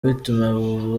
bituma